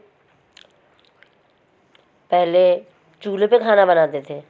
पहले चूल्हे पर खाना बनाते थे